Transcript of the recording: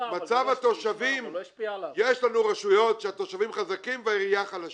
מצב התושבים יש לנו רשויות שהתושבים חזקים והעירייה חזקה,